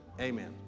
Amen